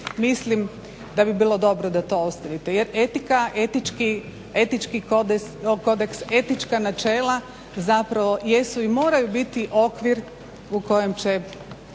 Mislim da bi bilo dobro da to ostavite jer etika, etički kodeks, etička načela zapravo jesu i moraju biti okvir u kojem će